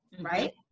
Right